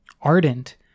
ardent